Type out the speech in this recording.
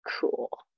cool